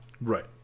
Right